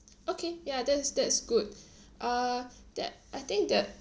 okay ya that's that's good uh that I think that